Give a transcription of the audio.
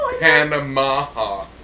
Panama